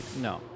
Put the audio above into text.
No